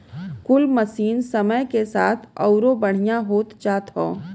कुल मसीन समय के साथ अउरो बढ़िया होत जात हौ